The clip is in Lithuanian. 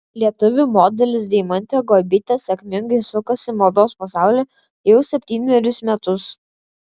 lietuvių modelis deimantė guobytė sėkmingai sukasi mados pasaulyje jau septynerius metus